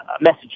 message